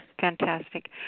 Fantastic